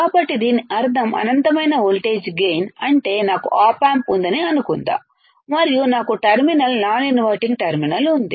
కాబట్టి దీని అర్థం అనంతమైన వోల్టేజ్ గైన్ అంటే నాకు ఆప్ ఆంప్ ఉందని అనుకుందాం మరియు నాకు టెర్మినల్ నాన్ ఇన్వర్టింగ్ టెర్మినల్ ఉంది